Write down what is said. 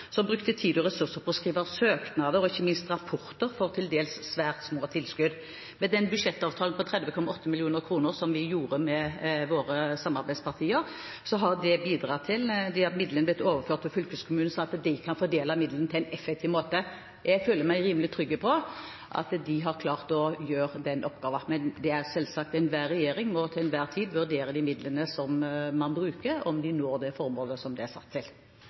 som brukte tid og ressurser på å skrive søknader – og ikke minst rapporter – for til dels svært små tilskudd. Med den budsjettavtalen på 30,8 mill. kr som vi gjorde med våre samarbeidspartier, har disse midlene blitt overført til fylkeskommunene, slik at de kan fordele midlene på en effektiv måte. Jeg føler meg rimelig trygg på at de har klart å gjøre den oppgaven, men enhver regjering må selvsagt til enhver tid vurdere de midlene som man bruker, om de når det formålet de er satt til.